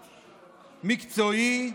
מקצועי,